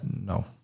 No